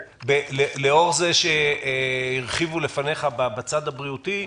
לאור זה שהרחיבו לפניך על הצד הבריאותי,